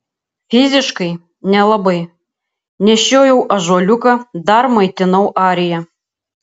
fiziškai nelabai nešiojau ąžuoliuką dar maitinau ariją